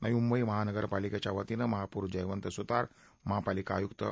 नवी मुंबई महानगरपालिकेच्या वतीने महापौर जयवंत सुतार महापालिका आयुक्त श्री